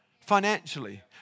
financially